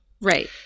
Right